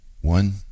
one